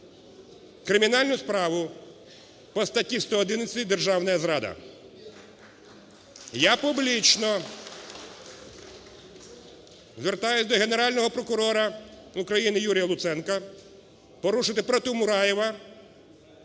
кримінальну справу по статті 111 "Державна зрада". Я публічно звертаюся до Генерального прокурора України Юрія Луценка порушити проти Мураєва